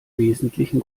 wesentlichen